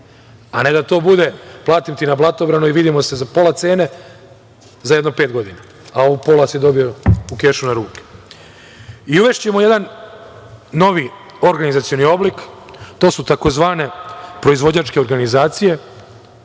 a ne da to bude platim ti na blatobranu i vidimo se za pola cene, za jedno pet godina, a pola si dobio u kešu na ruke. Uvešćemo jedan novi organizacioni oblik. To su tzv. proizvođačke organizacije